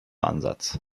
ansatz